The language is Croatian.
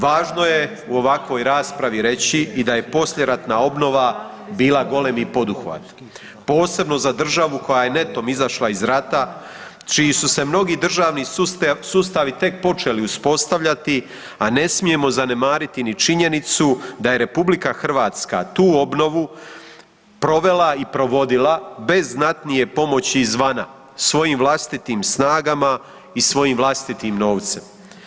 Važno je u ovakvoj raspravi reći i da je poslijeratna obnova bila golemi poduhvat, posebno za državu koja je netom izašla iz rata, čiji su se mnogi državni sustavi tek počeli uspostavljati, a ne smijemo zanemariti ni činjenicu da je RH tu obnovu provela i provodila bez znatnije pomoći izvana, svojim vlastitim snagama i svojim vlastitim novcem.